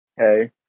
Okay